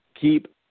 keep